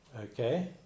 okay